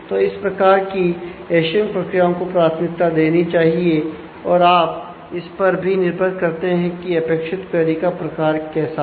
तो इस प्रकार की हैशिंग प्रक्रियाओं को प्राथमिकता देनी चाहिए और आप इस पर भी निर्भर करते हैं कि अपेक्षित क्वेरी का प्रकार कैसा है